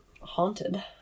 Haunted